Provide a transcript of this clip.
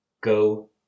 Go